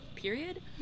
period